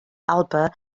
alba